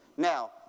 Now